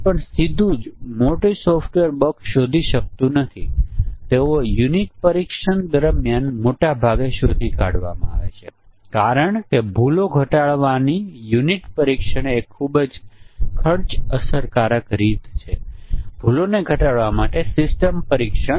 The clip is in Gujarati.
તેથી સિંગલ મોડ બગ ત્યારે થાય છે જ્યારે કોઈ અન્ય પરિમાણોની સેટિંગને ધ્યાનમાં લીધા વિના પરિમાણોમાંથી કોઈ એકને કેટલાક મૂલ્ય પર સેટ કરવામાં આવે છે જેમાં સમસ્યા છે